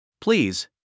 Please